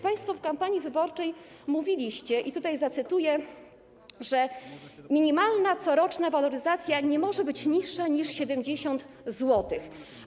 Państwo w kampanii wyborczej mówiliście - i tutaj zacytuję - że minimalna coroczna waloryzacja nie może być niższa niż 70 zł.